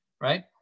right